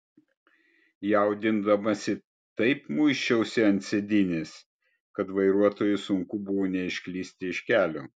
jaudindamasi taip muisčiausi ant sėdynės kad vairuotojui sunku buvo neišklysti iš kelio